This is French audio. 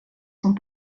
sont